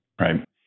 Right